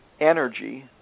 energy